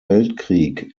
weltkrieg